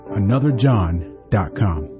anotherjohn.com